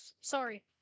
sorry